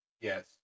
yes